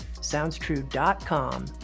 soundstrue.com